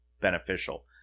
beneficial